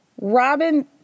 Robin